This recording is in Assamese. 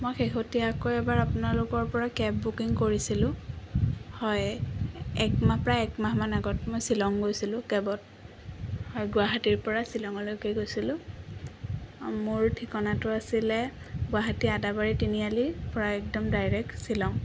মই শেহতীয়াকৈ এবাৰ আপোনালোকৰ পৰা কেব বুকিং কৰিছিলোঁ হয় একমাহ প্ৰায় একমাহমান আগত মই শ্বিলং গৈছিলোঁ কেবত হয় গুৱাহাটীৰ পৰা শ্বিলংলৈকে গৈছিলোঁ মোৰ ঠিকনাটো আছিলে গুৱাহাটী আদাবাৰী তিনিআলি পৰা ডাইৰেক্ট একদম শ্বিলং